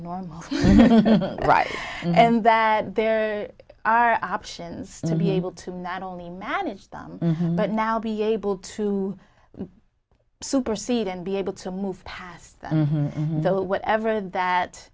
normal right and that there are options to be able to not only manage them but now be able to supersede and be able to move past the whatever that